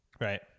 right